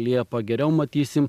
liepa geriau matysim